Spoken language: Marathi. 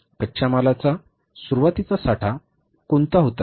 कच्च्या मालाचा सुरुवातीचा साठा कोणता होता